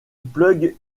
plug